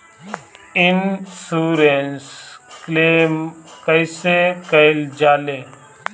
Insurance claim कइसे कइल जा ले?